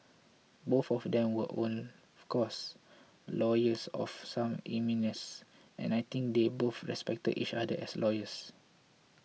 both of them were of course lawyers of some eminence and I think they both respected each other as lawyers